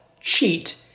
cheat